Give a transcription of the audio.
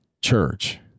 church